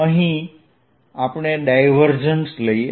અહીં હવે આપણે ડાયવર્જન્સ લઈએ